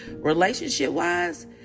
relationship-wise